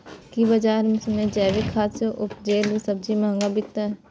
की बजार मे जैविक खाद सॅ उपजेल सब्जी महंगा बिकतै?